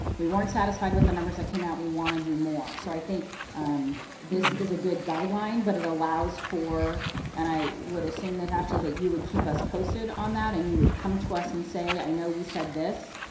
we weren't satisfied with the numbers that came out. we want to do more. so i think um this is a good guideline but it allows for and i would assume ms. ashley that you would keep us posted on that and you would come to us and say, i know we said this,